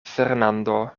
fernando